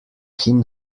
him